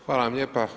Hvala vam lijepa.